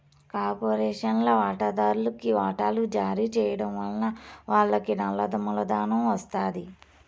కార్పొరేషన్ల వాటాదార్లుకి వాటలు జారీ చేయడం వలన వాళ్లకి నల్ల మూలధనం ఒస్తాది